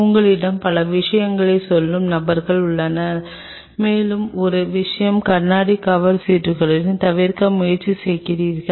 உங்களிடம் பல விஷயங்களைச் சொல்லும் நபர்கள் உள்ளனர் மேலும் ஒரு விஷயம் கண்ணாடி கவர் சீட்டுகளுடன் தவிர்க்க முயற்சி செய்கிறார்கள்